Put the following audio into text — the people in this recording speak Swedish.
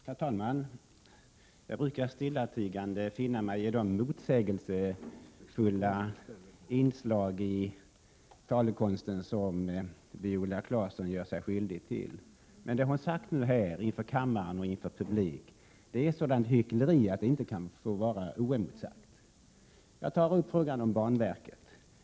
Herr talman! Jag brukar stillatigande finna mig i de motsägelsefulla inslag i talekonsten som Viola Claesson gör sig skyldig till, men det hon nu sade inför kammaren, och inför publik, är ett sådant hyckleri att det inte kan få stå oemotsagt. Jag tar upp frågan om banverket.